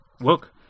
Look